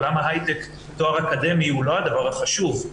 בעולם ההייטק תואר אקדמי הוא לא הדבר החשוב.